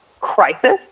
crisis